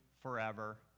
forever